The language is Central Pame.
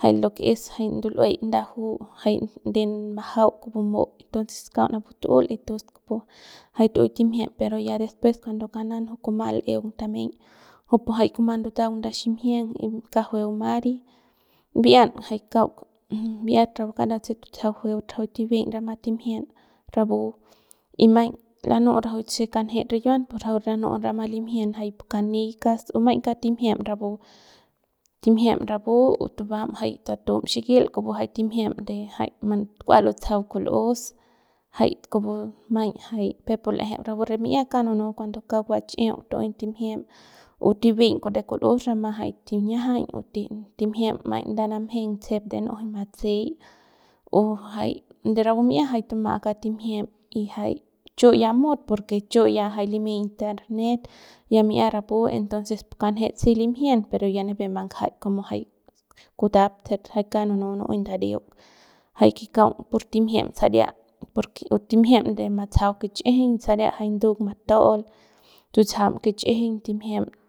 jay lo que es jay ndul'uey nda ju jay de majau kupu mu'u entonces kauk napu tu'ul esntons kupu jay tu'uem timjien pero ya después cuando kanan juy kuma l'eung tameiñ kujupu jay kuma ndutaung nda ximjieng y kauk jueu mary bi'ian jay kauk bi'iat tapu karat te tutsajaut jueut rajuik tibiñ rama timjien rapu y maiñ lanu'ut rajuik se kanjet rikiuan pu rajuik lanu'ut ramat limjien jay pu kanikas u maiñ kauk timjiem rapu timjiem rapu o tubam jay tatum xikil kupu jay timjiem de kua lutsajau kul'os jay kupu maiñ jay peuk pu l'eje rapu re mi'ia kauk nunu cuando kauk va chi'iuk tu'ey timjiem o tibiñ kute kul'us rama jay tiñiajañ p ti timjiem nda namjeng tsejep de nu'ujuñ matsey o jay de rapu mi'ia jay tuma'a kauk timjien y jay chu ya mut porque chu ya jay limy internet ya mi'ia rapu entonces pu kanjet si limjien pero ya nipep mbanjaik como jay kutap se kauk nunu nu'uey ndariu jay que kaung pur timjiem saria porque u timjiem de matsajau kichꞌijiñ saria jay ndung mata'aul tutsajam kich'ijiñ timjiem.